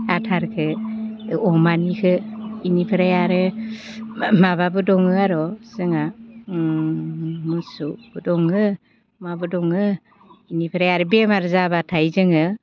आदारखौ अमानिखौ बेनिफ्राय आरो माबाबो दङ आरो जोंहा मोसौबो दङ अमाबो दङ बेनिफ्राय आरो बेमार जाबाथाय जोङो